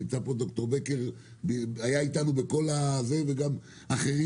נמצא פה ד"ר בקר שהיה וגם אחרים